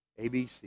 ABC